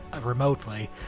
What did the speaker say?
remotely